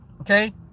Okay